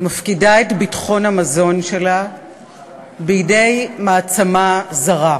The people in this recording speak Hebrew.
מפקידה את ביטחון המזון שלה בידי מעצמה זרה?